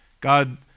God